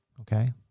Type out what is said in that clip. okay